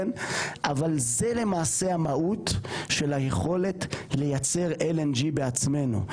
אבל זה למעשה המהות של היכולת לייצר LNG בעצמנו,